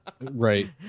Right